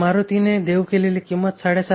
आणि मारुतीने देऊ केलेली विक्री किंमत 7